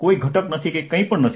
કોઈ ઘટક નથી કે કંઈપણ નથી